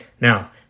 Now